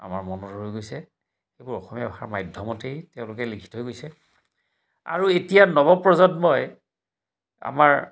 আমাৰ মনত ৰৈ গৈছে সেইবোৰ অসমীয়া ভাষাৰ মাধ্যমতেই তেওঁলোকে লিখি থৈ গৈছে আৰু এতিয়া নৱপ্ৰজন্মই আমাৰ